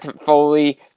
Foley